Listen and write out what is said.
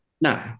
No